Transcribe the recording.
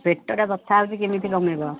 ପେଟଟା ବଥା ହେଉଛି କେମିତି କମିବ